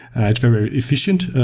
ah it's very efficient,